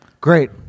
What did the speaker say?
great